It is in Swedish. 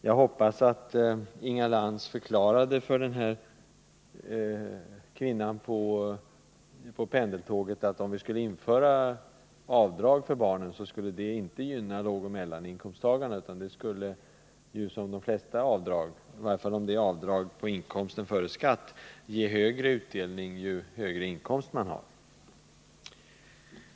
Jag hoppas att Inga Lantz förklarade för kvinnan på pendeltåget att om vi skulle införa avdrag för barn, skulle det inte gynna lågoch mellaninkomsttagare. Som de flesta avdrag — i varje fall om det gäller avdrag på inkomsten före skatt — skulle det ge bättre utdelning ju högre inkomst man har.